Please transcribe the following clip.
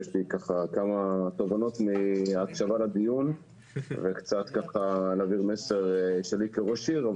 יש לי כמה תובנות מהקשבה לדיון וקצת להעביר מסר שלי כראש עיר.